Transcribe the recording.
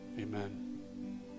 Amen